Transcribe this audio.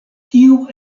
tiu